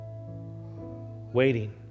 waiting